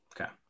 Okay